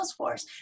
Salesforce